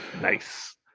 Nice